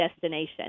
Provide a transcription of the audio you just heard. destination